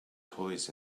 toys